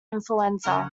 influenza